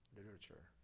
literature